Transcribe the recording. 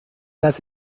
las